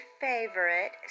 favorite